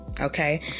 Okay